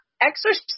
exercise